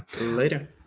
Later